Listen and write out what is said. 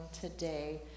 today